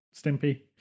stimpy